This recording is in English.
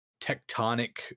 tectonic